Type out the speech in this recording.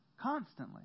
constantly